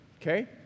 Okay